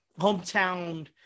hometown